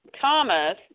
Thomas